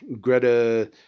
Greta